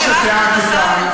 בירכנו את השר על זה.